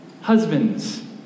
Husbands